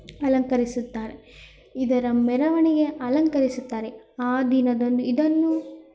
ಅಲಂಕರಿಸುತ್ತಾರೆ ಇದರ ಮೆರವಣಿಗೆ ಅಲಂಕರಿಸುತ್ತಾರೆ ಆ ದಿನದಂದು ಇದನ್ನು